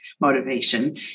motivation